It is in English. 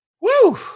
Woo